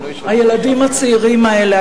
הילדים הצעירים האלה,